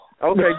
Okay